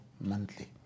monthly